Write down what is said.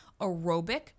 aerobic